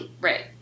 Right